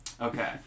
Okay